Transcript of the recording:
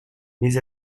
mais